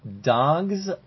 dogs